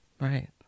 Right